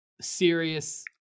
serious